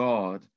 God